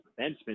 defenseman